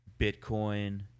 Bitcoin